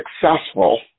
successful